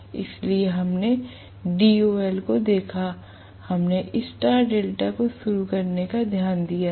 इसलिए हमने डीओएल को देखा हमने स्टार डेल्टा को शुरू करने पर ध्यान दिया था